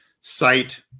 site